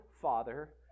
father